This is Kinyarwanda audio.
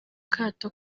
kato